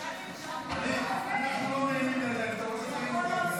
אנחנו לא מרימים ידיים.